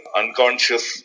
unconscious